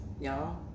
y'all